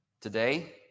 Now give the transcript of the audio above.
Today